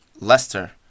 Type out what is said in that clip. Leicester